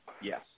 Yes